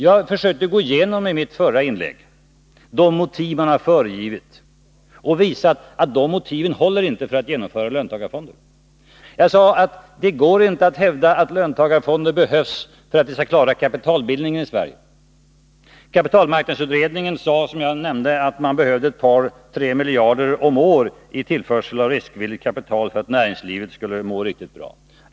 Jag försökte i mitt förra inlägg gå igenom de motiv för att genomföra löntagarfonder som man har föregivit och visa att de inte håller. Jag sade att det inte går att hävda att löntagarfonder behövs för att vi skall klara kapitalbildningen i Sverige. Kapitalmarknadsutredningen sade, som jag nämnde, att man behöver ett par tre miljarder om året i tillförsel av riskvilligt kapital för att näringslivet skulle må riktigt bra.